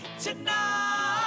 tonight